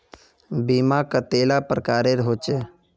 बीमा कतेला प्रकारेर होचे?